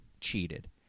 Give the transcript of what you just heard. cheated